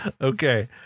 Okay